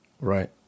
Right